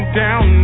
down